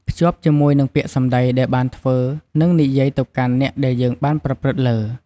ភ្ជាប់ជាមួយនឹងពាក្យសម្ដីដែលបានធ្វើនិងនិយាយទៅកាន់អ្នកដែលយើងបានប្រព្រឹត្តលើ។